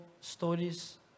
stories